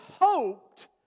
hoped